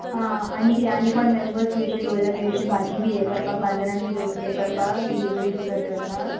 हां आनी किदें आनी कोण मॅम्बर्स बी अशें दवरला तुवें अशें भाजी बी हे करपाक बाजारान बी दवर हे करपाक डिलीवरी बी करपाक